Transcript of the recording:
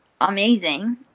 amazing